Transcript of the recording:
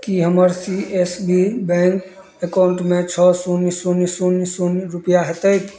कि हमर C S B bank एकाउण्टमे छओ शून्य शून्य शून्य शून्य रुपैआ हेतै